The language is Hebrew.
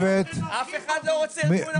אף אחד לא רוצה ארגון אחר.